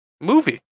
movie